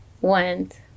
went